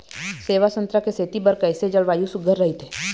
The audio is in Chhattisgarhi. सेवा संतरा के खेती बर कइसे जलवायु सुघ्घर राईथे?